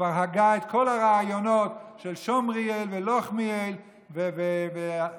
כבר הגה את כל הרעיונות של שומריאל ולוחמיאל וחקלאות